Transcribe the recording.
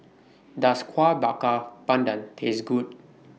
Does Kueh Bakar Pandan Taste Good